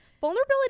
Vulnerability